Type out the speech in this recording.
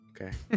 Okay